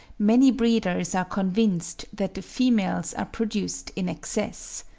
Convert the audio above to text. many breeders are convinced that the females are produced in excess.